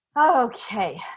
Okay